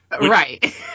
Right